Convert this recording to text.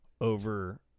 over